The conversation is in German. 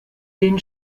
den